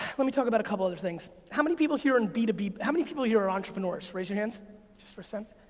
let me talk about a couple other things. how many people here in b two b, how many people here are entrepreneurs? raise your hands just for a